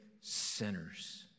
sinners